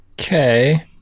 okay